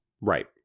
right